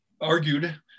argued